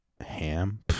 Ham